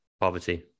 poverty